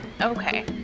okay